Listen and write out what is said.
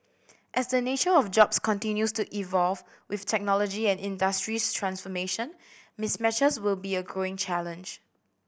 as the nature of jobs continues to evolve with technology and industries transformation mismatches will be a growing challenge